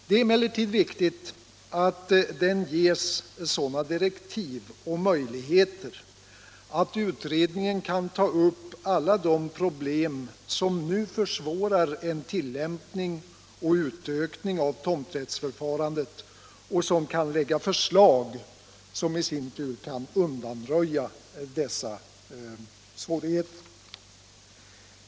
Det är emellertid viktigt att ge sådana direktiv och möjligheter att utredningen kan ta upp alla problem som nu försvårar en tillämpning och utökning av tomträttsförfarandet och kan lägga fram förslag som undanröjer dessa svårigheter.